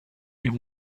این